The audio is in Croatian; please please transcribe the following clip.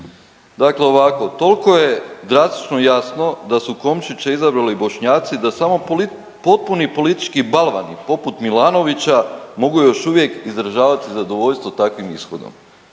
Dakle, ovako toliko je drastično jasno da su Komšića izabrali Bošnjaci da samo potpuni politički balvani poput Milanovića mogu još uvijek izražavati zadovoljstvo takvim ishodom,